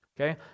Okay